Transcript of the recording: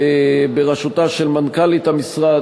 בראשותה של מנכ"לית המשרד,